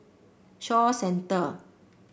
Shaw Centre